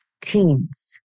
teens